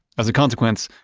as a consequence,